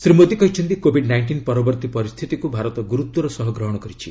ଶ୍ରୀ ମୋଦୀ କହିଛନ୍ତି covid nineteen ପରବର୍ତ୍ତୀ ପରିସ୍ଥିତିକୁ ଭାରତ ଗୁରୁତର ସହ ଗ୍ରହଣ କରିଛି